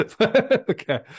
Okay